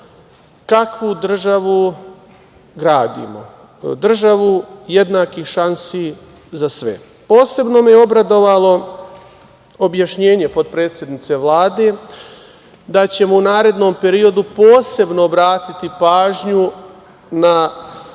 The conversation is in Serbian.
kakvu državu gradimo, državu jednakih šansi za sve. Posebno me je obradovale objašnjenje potpredsednika Vlade, da ćemo u narednom periodu posebno obratiti pažnju na